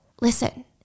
Listen